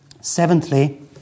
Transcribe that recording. Seventhly